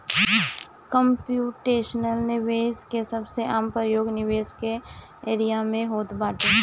computational निवेश के सबसे आम प्रयोग निवेश के एरिया में होत बाटे